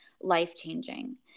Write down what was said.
life-changing